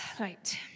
Right